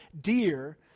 dear